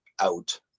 out